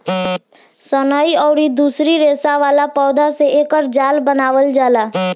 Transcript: सनई अउरी दूसरी रेसा वाला पौधा से एकर जाल बनावल जाला